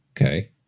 Okay